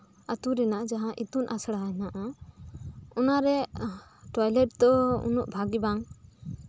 ᱟᱹᱛᱩ ᱨᱮᱱᱟᱜ ᱡᱟᱸᱦᱟ ᱤᱛᱩᱱ ᱟᱥᱲᱟ ᱦᱮᱱᱟᱜᱼᱟ ᱚᱱᱟᱨᱮ ᱴᱚᱭᱞᱮᱴ ᱫᱚ ᱩᱱᱟᱹᱜ ᱵᱷᱟᱜᱤ ᱵᱟᱝ